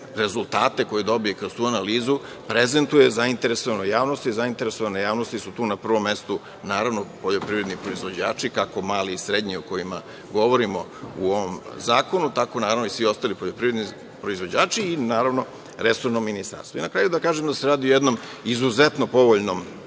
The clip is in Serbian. rezultate, koje dobije kroz tu analizu, prezentuje zainteresovanoj javnosti. Zainteresovane javnosti su tu na prvom mestu, naravno, poljoprivredni proizvođači, kako mali i srednji, o kojima govorimo u ovom zakonu, tako naravno i svi ostali poljoprivredni proizvođači i, naravno, resorno ministarstvo. Na kraju da kažem da se radi o jednom izuzetno povoljnom